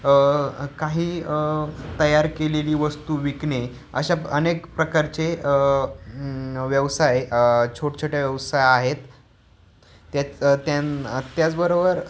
काही तयार केलेली वस्तू विकणे अशा अनेक प्रकारचे व्यवसाय छोट छोट्या व्यवसाय आहेत त्याच त्यांना त्याचबरोबर